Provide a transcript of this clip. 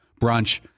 brunch